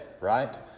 right